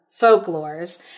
folklores